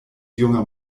junger